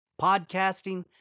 Podcasting